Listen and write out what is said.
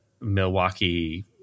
Milwaukee